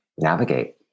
navigate